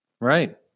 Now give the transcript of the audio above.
Right